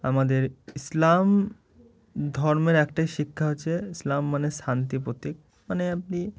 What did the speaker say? আমাদের ইসলাম ধর্মের একটাই শিক্ষা হচ্ছে ইসলাম মানে শান্তি প্রতীক মানে আপনি